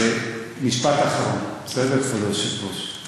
היועצת המשפטית סיגל קוגוט בהחלט היא